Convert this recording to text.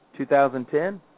2010